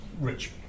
Rich